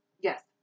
Yes